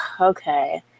okay